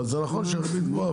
אבל זה נכון, שהריבית גבוהה.